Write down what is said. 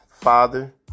father